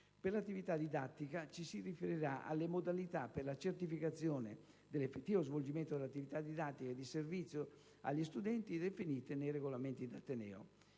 Per l'attività didattica ci si riferirà alle modalità per la certificazione dell'effettivo svolgimento dell'attività didattica e di servizio agli studenti definite nei regolamenti d'ateneo.